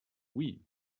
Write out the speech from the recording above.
oui